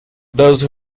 those